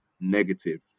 negative